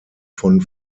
von